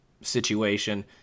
situation